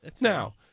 Now